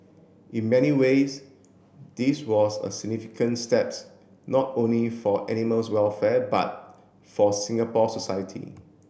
in many ways this was a significant steps not only for animals welfare but for Singapore society